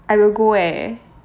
I will go eh